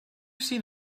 seen